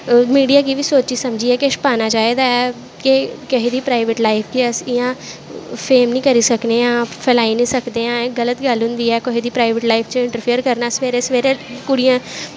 media गी बी सोची समझियै कुश पानां चाही दा ऐ किसे दी प्राईवेट लाईफ गी अस इयां फेम नी करी सकनें आं फलाई नी सकनें आं गल्त गल्ल होंदी ऐ कुसे दी लाईफ च इंटरफेयर करनां सवेरे सवेरे कुड़ियां